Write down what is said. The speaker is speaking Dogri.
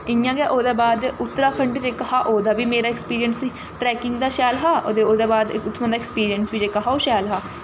इ'यां गै ओह्दे बाद उत्तराखंड जेह्का हा ओह्दा बी मेरा अक्सपिरिंस ट्रैकिंग दा शैल हा अते ओह्दे बाद उत्थुआं दा अक्सपिंरिंस बी जेह्का हा ओह् शैल हा